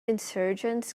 insurgents